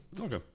Okay